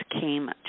came